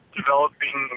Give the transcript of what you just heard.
developing